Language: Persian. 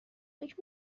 فکر